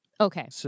Okay